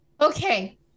Okay